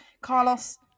Carlos